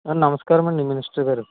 sir నమస్కారం అండి minister గారు